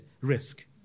risk